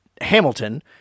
Hamilton